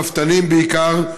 רפתנים בעיקר,